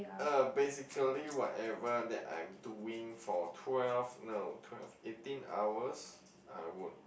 uh basically whatever that I'm doing for twelve no twelve eighteen hours I would